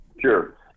sure